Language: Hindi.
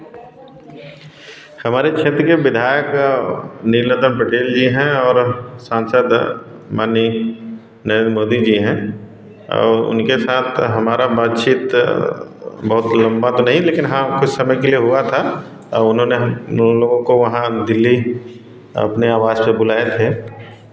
हमारे क्षेत्र के विधायक नील रतन पटेल जी हैं और सांसद माननीय नरेंद्र मोदी जी हैं और उनके साथ हमारा बात चीत बहुत लम्बा तो नहीं लेकिन हाँ कुछ समय के लिए हुआ था उन्होंने हम लोगों को वहाँ दिल्ली अपने आवास पर बुलाए थे